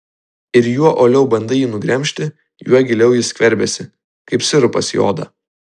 ir juo uoliau bandai jį nugremžti juo giliau jis skverbiasi kaip sirupas į odą